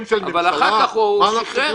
אבל אחר כך הוא שחרר את זה.